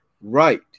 right